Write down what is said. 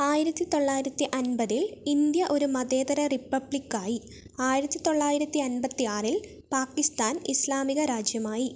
ആയിരത്തി തൊള്ളായിരത്തി അൻപതിൽ ഇന്ത്യ ഒരു മതേതര റിപ്പബ്ലിക്കായി ആയിരത്തി തൊള്ളായിരത്തി അൻപത്തിയാറിൽ പാകിസ്ഥാൻ ഇസ്ലാമിക രാജ്യമായി